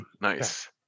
Nice